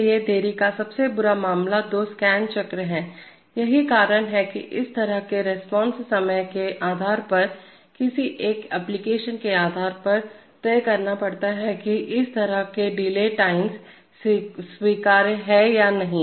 इसलिए देरी का सबसे बुरा मामला दो स्कैन चक्र हैं यही कारण है कि इस तरह के रिस्पांस समय के आधार पर किसी एक एप्लीकेशन के आधार पर तय करना पड़ता है कि इस तरह के डिले टाइम स्वीकार्य हैं या नहीं